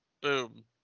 Boom